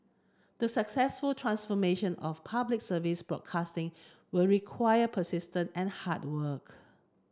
the successful transformation of Public Service broadcasting will require persistence and hard work